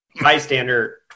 Bystander